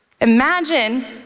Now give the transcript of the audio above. Imagine